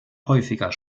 häufiger